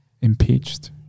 impeached